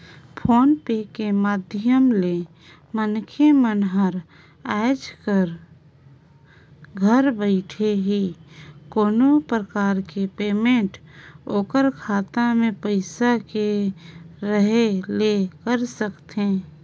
phone पे के माधियम ले मनखे मन हर आयज घर बइठे ही कोनो परकार के पेमेंट ओखर खाता मे पइसा के रहें ले कर सकथे